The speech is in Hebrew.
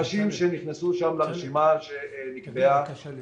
אנשים שנכנסו שם לרשימה שנקבעה, נקבעו